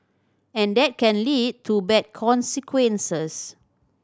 and that can lead to bad consequences